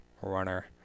runner